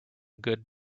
good